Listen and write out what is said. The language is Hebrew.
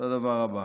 לדבר הבא: